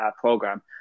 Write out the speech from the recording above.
program